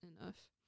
enough